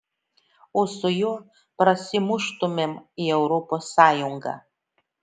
o su juo prasimuštumėm į europos sąjungą